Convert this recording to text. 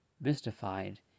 mystified